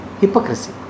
Hypocrisy